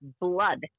blood